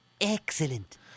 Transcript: Excellent